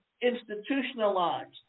institutionalized